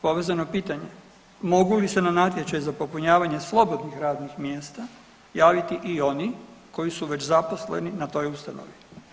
Povezano pitanje, mogu li se na natječaj za popunjavanje slobodnih radnih mjesta javiti i oni koji su već zaposleni na toj ustanovi?